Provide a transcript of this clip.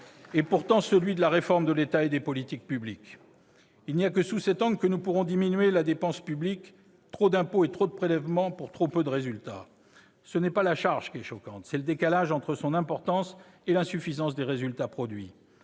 est pourtant celui de la réforme de l'État et des politiques publiques. Il n'y a que sous cet angle que nous pourrons diminuer la dépense publique. Trop d'impôts et trop de prélèvements pour trop peu de résultats. Ce n'est pas la charge qui est choquante ; c'est le décalage entre son importance et l'insuffisance des résultats produits.